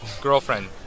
Girlfriend